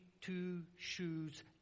two-shoes